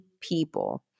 people